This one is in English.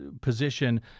position